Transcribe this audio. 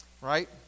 right